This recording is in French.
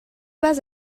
pas